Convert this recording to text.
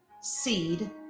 seed